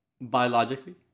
biologically